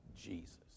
Jesus